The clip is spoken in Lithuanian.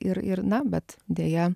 ir ir na bet deja